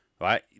right